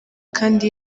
kandi